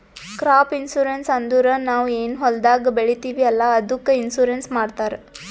crop insurance ಅಂದುರ್ ನಾವ್ ಏನ್ ಹೊಲ್ದಾಗ್ ಬೆಳಿತೀವಿ ಅಲ್ಲಾ ಅದ್ದುಕ್ ಇನ್ಸೂರೆನ್ಸ್ ಮಾಡ್ತಾರ್